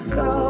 go